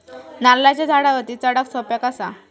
नारळाच्या झाडावरती चडाक सोप्या कसा?